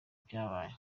byabaye